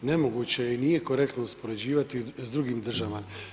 Nemoguće je i nije korektno uspoređivati s drugim državama.